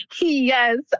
Yes